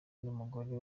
n’umugore